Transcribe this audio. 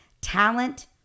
talent